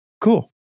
Cool